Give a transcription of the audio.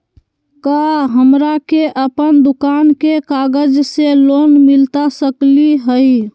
का हमरा के अपन दुकान के कागज से लोन मिलता सकली हई?